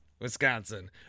Wisconsin